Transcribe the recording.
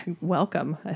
welcome